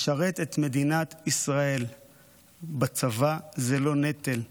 לשרת את מדינת ישראל בצבא זה לא נטל.